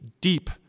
deep